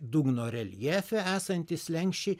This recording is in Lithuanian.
dugno reljefe esantys slenksčiai